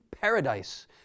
paradise